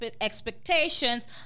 expectations